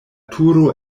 turo